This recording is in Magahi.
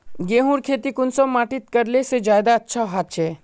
गेहूँर खेती कुंसम माटित करले से ज्यादा अच्छा हाचे?